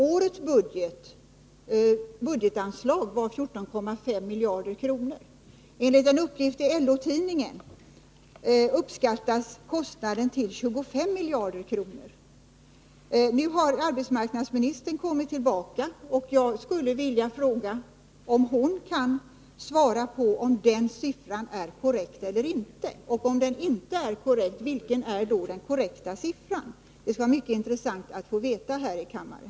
Årets budgetanslag var 14,5 miljarder. Enligt en uppgift i LO-tidningen uppskattas kostnaden till 25 miljarder. Nu har arbetsmarknadsministern kommit tillbaka till kammaren, och jag skulle vilja fråga om hon kan svara på om den siffran är korrekt och — om den inte är det — vilken som då är den korrekta siffran. Det skulle vara mycket intressant att få veta det här i kammaren.